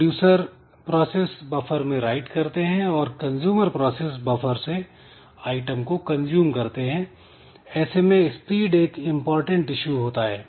producer process buffer में write करते हैं और कंजूमर प्रोसेस बफर से आइटम को कंज्यूम करते हैं ऐसे में स्पीड एक इंपॉर्टेंट इश्यू होता है